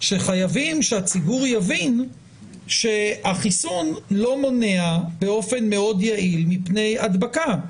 שחייבים שהציבור יבין שהחיסון לא מונע באופן מאוד יעיל הדבקה.